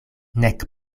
nek